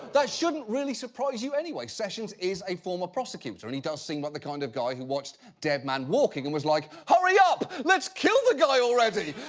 that shouldn't really surprise you anyways. sessions is a former prosecutor and he does seem like but the kind of guy who watched dead man walking and was like, hurry up! let's kill the guy already!